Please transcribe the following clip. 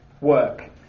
work